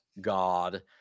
God